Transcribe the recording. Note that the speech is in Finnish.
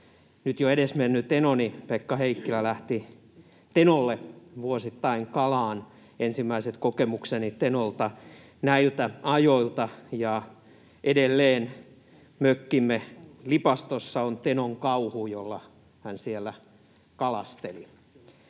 nyt jo edesmennyt enoni Pekka Heikkilä lähti Tenolle vuosittain kalaan — ensimmäiset kokemukseni Tenolta näiltä ajoilta. Ja edelleen mökkimme lipastossa on Tenon kauhu, jolla hän siellä kalasteli.